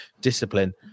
discipline